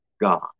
God